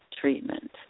treatment